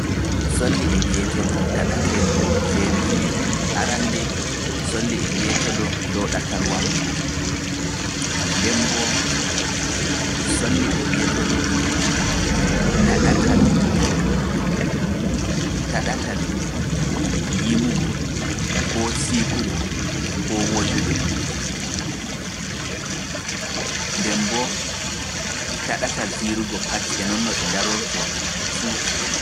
Solli e njeetodo taɗateeji feere feere, arannde solli e njeetodo dow ɗatal wamugo, nden mboo solli e njeetodo taɗatal yimugo koo siikugo koo woyugo, nden mboo taɗatal fiirugo pati e noon no ɗi ndarorto fu.